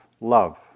love